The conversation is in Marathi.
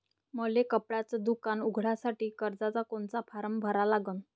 मले कपड्याच दुकान उघडासाठी कर्जाचा कोनचा फारम भरा लागन?